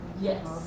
Yes